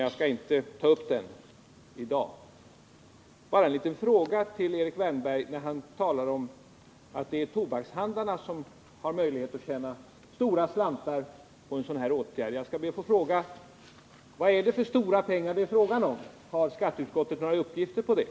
Jag skall inte ta upp den handsken i dag utan bara ställa en liten fråga till Erik Wärnberg. Han sade att det är tobakshandlarna som har möjligheter att tjäna stora slantar på en sådan här åtgärd. Jag skall be att få fråga: Vad är det för stora pengar det är fråga om? Har skatteutskottet några uppgifter om det?